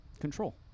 control